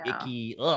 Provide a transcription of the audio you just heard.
icky